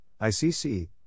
ICC